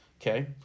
okay